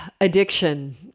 addiction